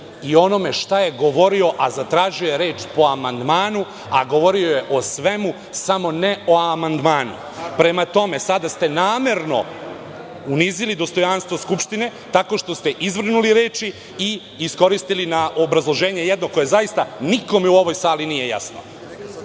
o onome šta je govorio, a zatražio je reč po amandmanu. Govorio je o svemu, samo ne o amandmanu. Prema tome, sada ste namerno unizili dostojanstvo Skupštine, tako što ste izvrnuli reči i iskoristili na jedno obrazloženje koje, zaista, nikome u ovoj sali nije jasno.